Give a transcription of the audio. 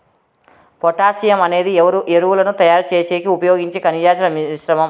potassium అనేది ఎరువులను తయారు చేసేకి ఉపయోగించే ఖనిజాల మిశ్రమం